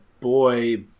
boy